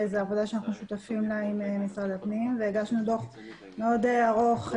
זאת עבודה שאנחנו שותפים לה עם משרד הפנים והגשנו דוח מאוד ארוך.